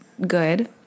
good